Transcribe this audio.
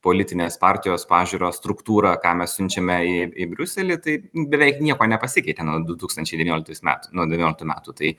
politinės partijos pažiūros struktūra ką mes siunčiame į į briuselį tai beveik nieko nepasikeitė nuo du tūkstančiai devynioliktais metais metų nuo devynioliktų metų tai